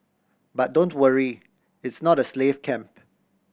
but don't worry its not a slave camp